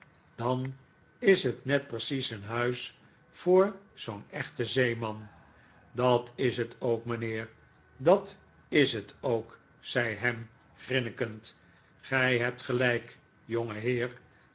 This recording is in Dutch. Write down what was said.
dan is het net precies een huis voor zoo'n echten zeeman dat is het ook mijnheer dat is het ook zei ham grinnikend gij hebt gelijk